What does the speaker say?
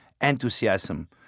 enthusiasm